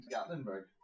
Gatlinburg